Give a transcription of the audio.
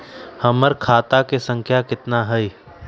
हमर खाता के सांख्या कतना हई?